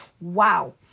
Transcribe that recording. wow